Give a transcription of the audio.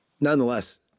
nonetheless